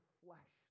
flesh